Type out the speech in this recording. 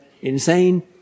insane